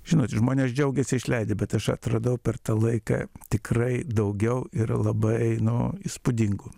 žinot žmonės džiaugiasi išleidę bet aš atradau per tą laiką tikrai daugiau ir labai nu įspūdingų